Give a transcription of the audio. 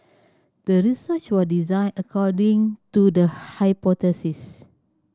the research was designed according to the hypothesis